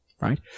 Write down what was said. right